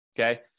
okay